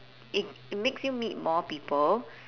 it it makes you meet more people